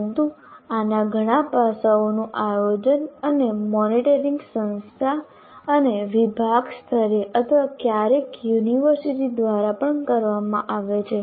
પરંતુ આના ઘણા પાસાઓનું આયોજન અને મોનિટરિંગ સંસ્થા અને વિભાગ સ્તરે અથવા ક્યારેક યુનિવર્સિટી દ્વારા પણ કરવામાં આવે છે